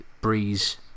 Breeze